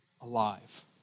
alive